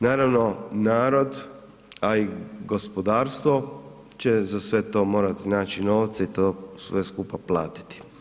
Naravno, narod a i gospodarstvo će za sve to morati naći novca i to sve skupa platiti.